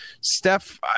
steph